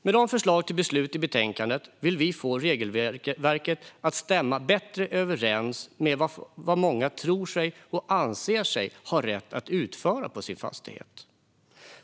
Med förslagen till beslut i betänkandet vill vi få regelverket att stämma bättre överens med vad många tror sig och anser sig ha rätt att utföra på sin fastighet.